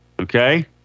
okay